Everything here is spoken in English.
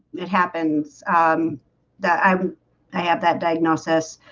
it happens that i'm i have that diagnosis